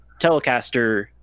telecaster